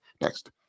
next